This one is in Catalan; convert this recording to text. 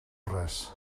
res